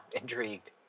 intrigued